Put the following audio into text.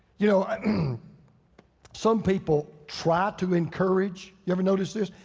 you know. i mean some people try to encourage, you ever noticed this?